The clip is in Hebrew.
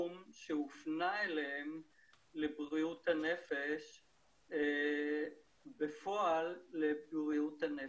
שהופנה אליהם לבריאות הנפש ממש לבריאות הנפש.